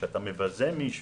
כשאתה מבזה מישהו,